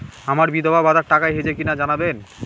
আমার বিধবাভাতার টাকা এসেছে কিনা জানাবেন?